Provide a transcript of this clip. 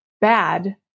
bad